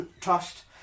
trust